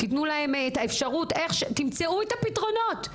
תמצאו את הפתרונות.